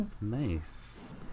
Nice